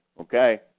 okay